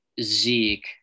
Zeke